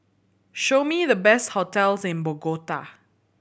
show me the best hotels in Bogota